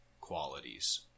qualities